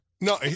No